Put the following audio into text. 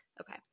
Okay